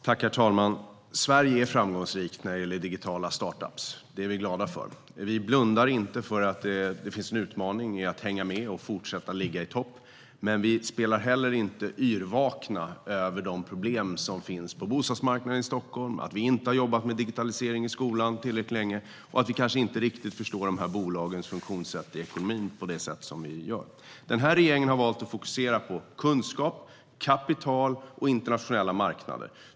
Herr talman! Sverige är framgångsrikt när det gäller digitala startup-företag. Det är vi glada för. Vi blundar inte för att det finns en utmaning i att hänga med och fortsätta ligga i topp, men vi spelar heller inte yrvakna över de problem som finns på bostadsmarknaden i Stockholm, att vi inte har jobbat med digitalisering i skolan tillräckligt länge och vi kanske inte riktigt förstår bolagens funktionssätt i ekonomin på rätt sätt. Den här regeringen har valt att fokusera på kunskap, kapital och internationella marknader.